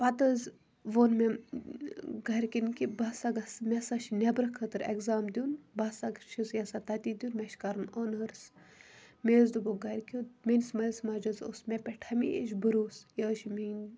پَتہٕ حظ ووٚن مےٚ گرِکٮ۪ن کہِ بہٕ ہَسا گَژھٕ مےٚ ہَسا چھُ نیٚبرٕ خٲطرٕ ایٚگزام دِیُن بہٕ ہَسا چھَس یژھان تٔتی دِیُن مےٚ چھُ کَرُن اونٲرٕس مےٚ حظ دوٚپُکھ گرکیٚو میٲنِس مٲلِس ماجہِ حظ اوس مےٚ پیٹھ ہَمیشہ بَروس یہِ حظ چھِ میٲنۍ کوٗر